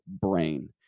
brain